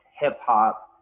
hip-hop